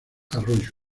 arroyo